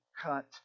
cut